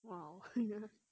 !wow!